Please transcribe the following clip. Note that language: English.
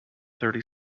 thirty